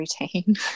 routine